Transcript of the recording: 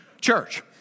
church